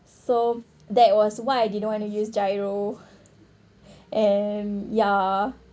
so that was why I didn't wanna use GIRO and ya